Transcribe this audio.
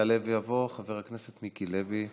יעלה ויבוא חבר הכנסת מיקי לוי.